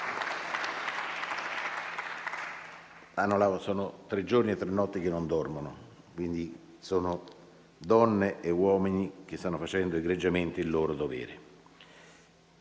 Sono tre giorni e tre notti che non dormono, quindi sono donne e uomini che stanno facendo egregiamente il loro dovere.